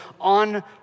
on